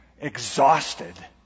exhausted